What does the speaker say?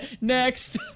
Next